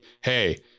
Hey